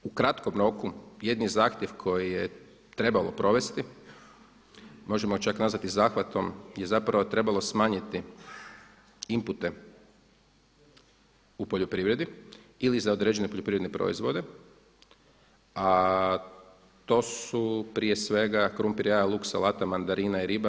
U kratkom roku jedini zahtjev koji je trebalo provesti možemo čak nazvati zahvatom je zapravo trebalo smanjiti inpute u poljoprivredi ili za određene poljoprivredne proizvode, a to su prije svega krumpir, jaja, luk, salata, mandarine i riba.